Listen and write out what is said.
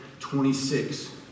26